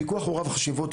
הפיקוח הוא רב חשיבות,